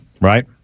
Right